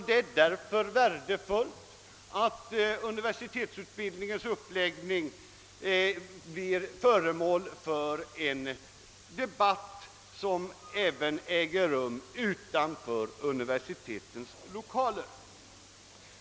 Det är därför värdefullt att universitetsutbildningens uppläggning blir föremål för en debatt som även äger rum utanför universitetens lokaler.